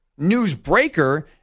newsbreaker